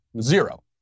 zero